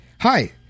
Hi